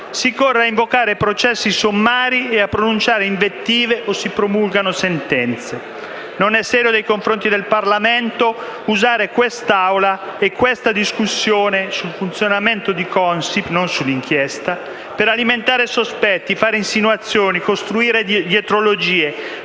si corra a invocare processi sommari, a pronunciare invettive o promulgare sentenze. Non è serio nei confronti del Parlamento usare quest'Assemblea e la discussione sulla Consip (sul suo funzionamento e non sull'inchiesta) per alimentare sospetti, fare insinuazioni, costruire dietrologie